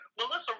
Melissa